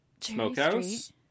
Smokehouse